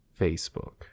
Facebook